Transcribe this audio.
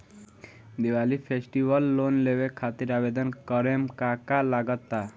Diwali festival loan लेवे खातिर आवेदन करे म का का लगा तऽ?